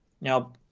Now